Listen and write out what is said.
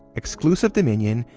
exclusive dominion,